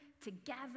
together